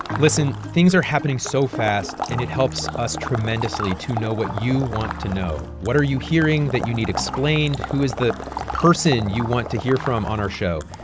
listen, things are happening so fast. and it helps us tremendously to know what you want to know. what are you hearing that you need explained? who is the person you want to hear from on our show?